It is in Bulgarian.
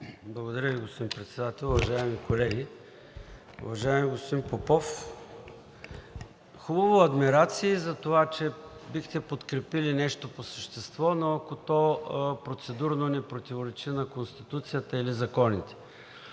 Благодаря Ви, господин Председател. Уважаеми колеги, уважаеми господин Попов, хубаво, адмирации за това, че бихте подкрепили нещо по същество, но ако то процедурно не противоречи на Конституцията или законите.